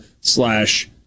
slash